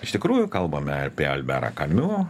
iš tikrųjų kalbame apie alberą kamiu